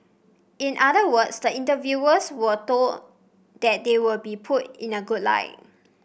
in other words the interviewers were told that they will be put in a good light